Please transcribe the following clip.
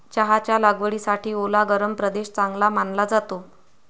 चहाच्या लागवडीसाठी ओला गरम प्रदेश चांगला मानला जातो